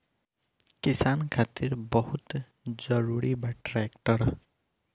किसान खातिर बहुत जरूरी बा ट्रैक्टर